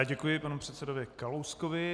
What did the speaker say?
Děkuji panu předsedovi Kalouskovi.